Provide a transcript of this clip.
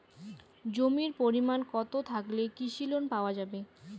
জমির পরিমাণ কতো থাকলে কৃষি লোন পাওয়া যাবে?